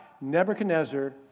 Nebuchadnezzar